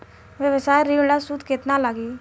व्यवसाय ऋण ला सूद केतना लागी?